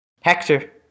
Hector